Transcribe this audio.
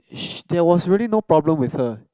there was really no problem with her